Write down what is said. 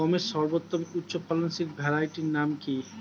গমের সর্বোত্তম উচ্চফলনশীল ভ্যারাইটি নাম কি?